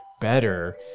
better